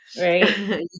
Right